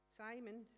simon